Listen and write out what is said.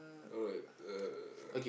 alright uh